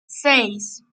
seis